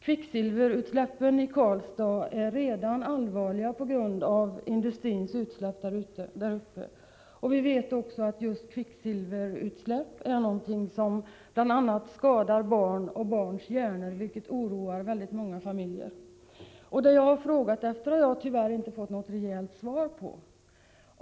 Kvicksilverutsläppen i Karlstad är redan allvarliga på grund av industrins utsläpp. Och vi vet också att kvicksilverutsläpp är något som bl.a. skadar barn och barns hjärnor, vilket oroar väldigt många familjer. Det jag har frågat efter har jag tyvärr inte fått något rejält svar på.